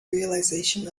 realization